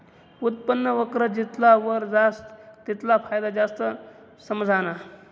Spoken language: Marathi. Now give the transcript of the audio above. उत्पन्न वक्र जितला वर जास तितला फायदा जास्त समझाना